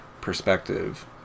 perspective